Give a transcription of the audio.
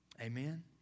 Amen